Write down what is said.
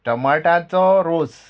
टमाटाचो रोस